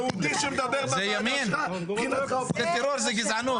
יהודי שמדבר בוועדה שלך מבחינתך הוא פשיסט.